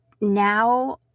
now